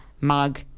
mug